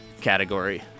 category